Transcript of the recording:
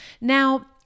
Now